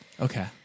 Okay